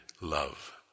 love